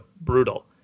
Brutal